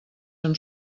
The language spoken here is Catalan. amb